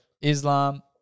Islam